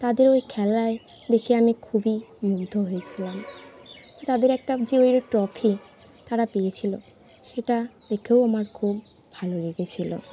তাদের ওই খেলা দেখে আমি খুবই মুগ্ধ হয়েছিলাম তাদের একটা যে ট্রফি তারা পেয়েছিল সেটা দেখেও আমার খুব ভালো লেগেছিল